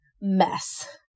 mess